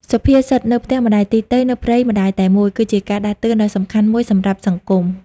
សុភាសិត "នៅផ្ទះម្ដាយទីទៃ នៅព្រៃម្ដាយតែមួយ" គឺជាការដាស់តឿនដ៏សំខាន់មួយសម្រាប់សង្គម។